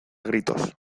gritos